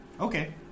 Okay